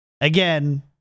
again